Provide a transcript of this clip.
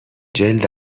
جلد